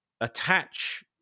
attach